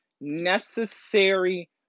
necessary